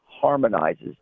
harmonizes